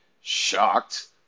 Shocked